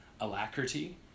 alacrity